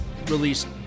released